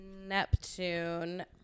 Neptune